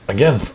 Again